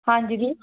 ਹਾਂਜੀ ਜੀ